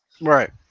Right